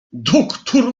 doktór